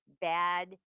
bad